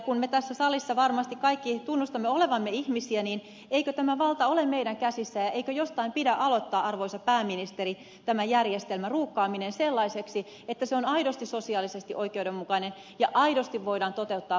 kun me tässä salissa varmasti kaikki tunnustamme olevamme ihmisiä niin eikö tämä valta ole meidän käsissämme ja eikö jostain pidä aloittaa arvoisa pääministeri tämän järjestelmän rukkaaminen sellaiseksi että se on aidosti sosiaalisesti oikeudenmukainen ja aidosti voidaan toteuttaa vastuullista markkinataloutta